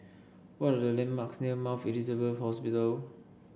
what are the landmarks near Mount Elizabeth Hospital